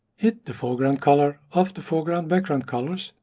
hit the foreground color of the foreground background colors,